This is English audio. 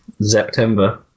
September